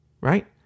Right